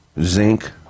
zinc